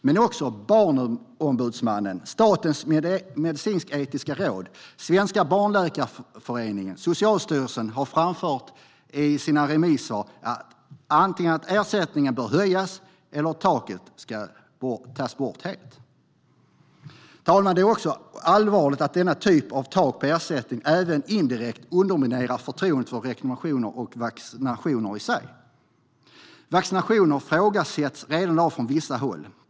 Men också Barnombudsmannen, Statens medicinsk-etiska råd, Svenska Barnläkarföreningen och Socialstyrelsen har framfört i sina remissvar att ersättningen bör höjas eller att taket helt ska tas bort. Herr talman! Det är också allvarligt att denna typ av tak för ersättning indirekt underminerar förtroendet för rekommendationer och vaccinationer i sig. Vaccinationer ifrågasätts redan i dag från vissa håll.